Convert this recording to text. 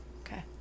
Okay